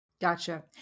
Gotcha